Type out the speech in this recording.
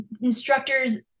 instructors